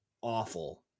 awful